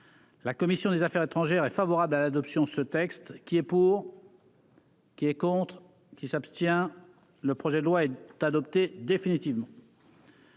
la commission des Affaires étrangères est favorable à l'adoption, ce texte qui est pour. Qui est contre qui s'abstient le projet de loi est adopté définitivement.